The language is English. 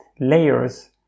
layers